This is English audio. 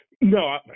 No